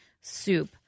soup